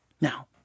Now